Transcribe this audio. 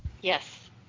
Yes